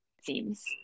seems